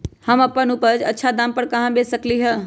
हम अपन उपज अच्छा दाम पर कहाँ बेच सकीले ह?